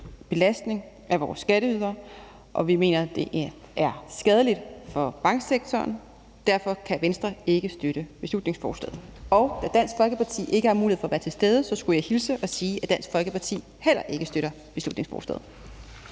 belastning af vores skatteydere, og vi mener, at det er skadeligt for banksektoren. Derfor kan Venstre ikke støtte beslutningsforslaget. Og da Dansk Folkeparti ikke har mulighed for at være til stede, skal jeg hilse og sige, at Dansk Folkeparti heller ikke støtter beslutningsforslaget.